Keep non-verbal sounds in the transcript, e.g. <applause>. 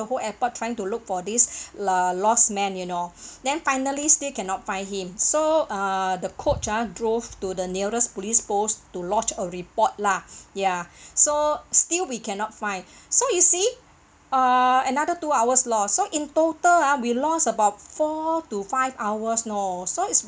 the whole airport trying to look for this <breath> lah lost man you know <breath> then finally still cannot find him so uh the coach ah drove to the nearest police post to lodge a report lah ya so still we cannot find so you see err another two hours lost so in total ah we lost about four to five hours know so it's